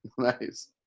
Nice